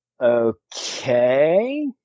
Okay